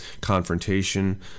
confrontation